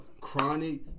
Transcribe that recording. Chronic